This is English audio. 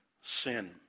sin